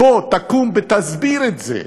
בוא, תקום ותסביר את זה.